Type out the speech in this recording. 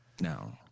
No